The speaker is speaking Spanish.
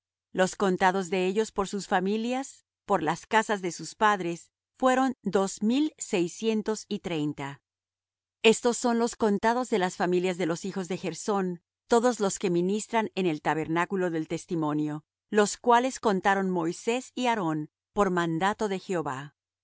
los contados de ellos por sus familias por las casas de sus padres fueron dos mil seiscientos y treinta estos son los contados de las familias de los hijos de gersón todos los que ministran en el tabernáculo del testimonio los cuales contaron moisés y aarón por mandato de jehová y los